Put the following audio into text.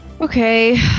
Okay